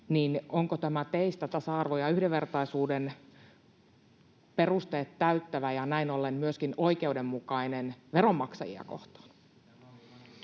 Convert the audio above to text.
onko tämä teistä tasa-arvon ja yhdenvertaisuuden perusteet täyttävä ja näin ollen myöskin oikeudenmukainen veronmaksajia kohtaan?